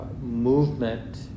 movement